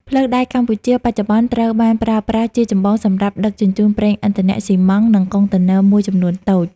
ផ្លូវដែកកម្ពុជាបច្ចុប្បន្នត្រូវបានប្រើប្រាស់ជាចម្បងសម្រាប់ដឹកជញ្ជូនប្រេងឥន្ធនៈ ស៊ីម៉ងត៍ និងកុងតឺន័រមួយចំនួនតូច។